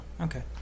okay